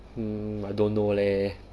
hmm I don't know leh